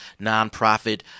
nonprofit